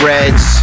Reds